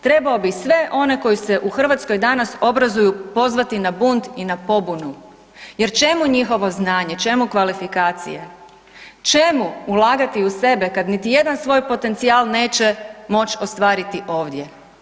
Trebao bi sve one koji se u Hrvatskoj danas obrazuju pozvati na bunt i na pobunu jer čemu njihovo znanje, čemu kvalifikacije, čemu ulagati u sebe, kad niti jedan svoj potencijal neće moći ostvariti ovdje?